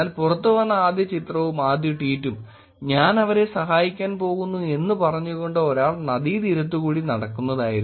എന്നാൽ പുറത്തുവന്ന ആദ്യ ചിത്രവും ആദ്യ ട്വീറ്റും ഞാൻ അവരെ സഹായിക്കാൻ പോകുന്നു എന്ന് പറഞ്ഞുകൊണ്ട് ഒരാൾ നദീതീരത്തുകൂടി നടക്കുന്നതായിരുന്നു